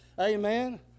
Amen